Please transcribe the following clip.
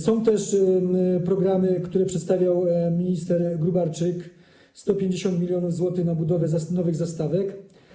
Są też programy, które przedstawiał minister Gróbarczyk, 150 mln zł na budowę nowych zastawek.